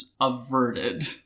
averted